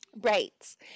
Right